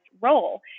role